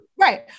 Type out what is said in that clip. Right